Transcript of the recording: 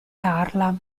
carla